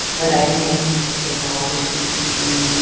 but i think you know we should be